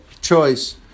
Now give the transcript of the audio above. choice